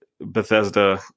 Bethesda